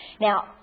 Now